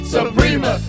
Suprema